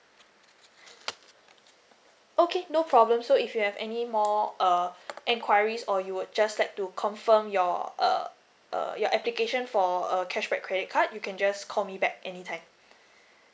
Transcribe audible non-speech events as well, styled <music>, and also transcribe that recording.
okay no problem so if you have any more err enquiries or you would just like to confirm your uh uh your application for err cashback credit card you can just call me back anytime <breath>